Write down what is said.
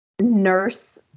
nurse